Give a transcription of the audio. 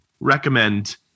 recommend